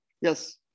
Yes